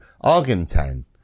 Argentan